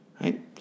right